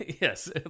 Yes